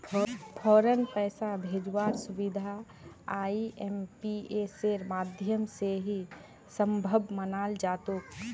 फौरन पैसा भेजवार सुबिधा आईएमपीएसेर माध्यम से ही सम्भब मनाल जातोक